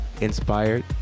inspired